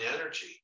energy